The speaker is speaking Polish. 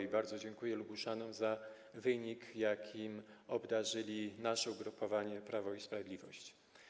I bardzo dziękuję Lubuszanom za wynik, jakim obdarzyli nasze ugrupowanie, Prawo i Sprawiedliwość.